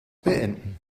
beenden